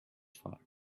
far